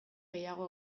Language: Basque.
gehiago